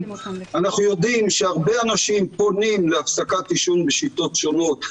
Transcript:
אנחנו יודעים שהרבה אנשים פונים להפסקת עישון בשיטות שונות,